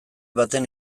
baten